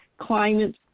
climate